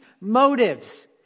motives